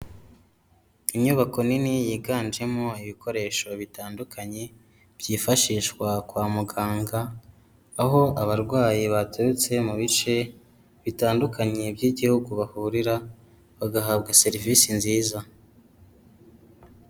Inyubako nini yiganjemo ibikoresho bitandukanye byifashishwa kwa muganga, aho abarwayi baturutse mu bice bitandukanye by'igihugu bahurira bagahabwa serivisi nziza.